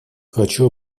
хочу